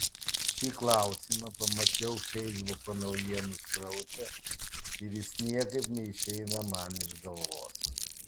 šį klausimą pamačiau feisbuko naujienų sraute ir jis niekaip neišeina man iš galvos